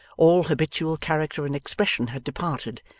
all habitual character and expression had departed,